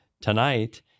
tonight